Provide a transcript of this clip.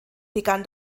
begann